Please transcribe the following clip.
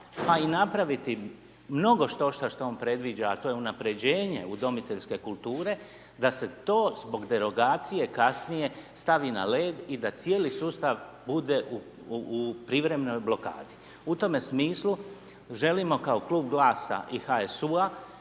pa i napraviti mnogo štošta što on predviđa a to je unaprjeđenje udomiteljske kulture, da se to zbog derogacije kasnije stavi na led i da cijeli sustav ude u privremenoj blokadi. U tome smislu želimo kao klub GLAS-a i HSU-a